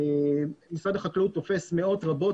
משרד החקלאות תופס מאות רבות,